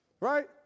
Right